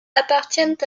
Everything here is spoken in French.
appartiennent